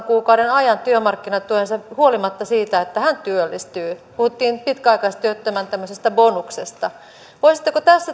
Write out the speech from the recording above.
kuukauden ajan työmarkkinatukensa huolimatta siitä että hän työllistyy puhuttiin pitkäaikaistyöttömän tämmöisestä bonuksesta voisitteko tässä